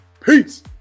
Peace